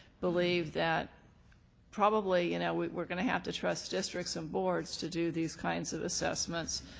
believe that probably, you know, we're going to have to trust districts and boards to do these kinds of assessments,